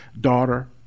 daughter